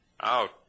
Out